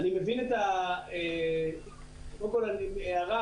קודם כול, הערה.